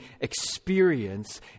experience